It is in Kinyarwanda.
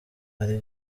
ari